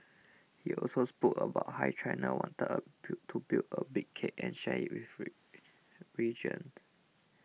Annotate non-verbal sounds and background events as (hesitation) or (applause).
he also spoke about how China wanted a (hesitation) to build a big cake and share it (unintelligible) region